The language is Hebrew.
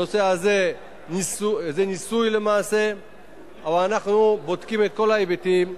למעשה, זה ניסוי, ואנחנו בודקים את כל ההיבטים,